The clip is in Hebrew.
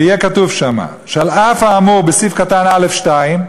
ויהיה כתוב שם שעל אף האמור בסעיף קטן (א)(2),